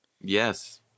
Yes